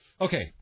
Okay